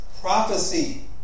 Prophecy